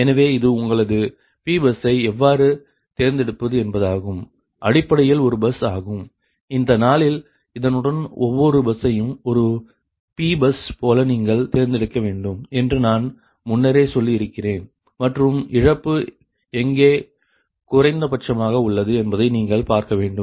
எனவே இது உங்களது P பஸ்ஸை எவ்வாறு தேர்ந்தெடுப்பது என்பதாகும் அடிப்படையில் ஒரு பஸ் ஆகும் அந்த நாளில் இதனுடன் ஒவ்வொரு பஸ்ஸையும் ஒரு Pபஸ் போல நீங்கள் தேர்ந்தெடுக்க வேண்டும் என்று நான் முன்னரே சொல்லியிருக்கிறேன் மற்றும் இழப்பு எங்கே குறைந்தபட்சமாக உள்ளது என்பதை நீங்கள் பார்க்க வேண்டும்